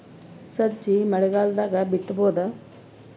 ಸಜ್ಜಿ ಮಳಿಗಾಲ್ ದಾಗ್ ಬಿತಬೋದ?